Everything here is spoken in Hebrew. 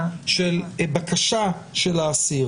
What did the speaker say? של בקשה של האסיר.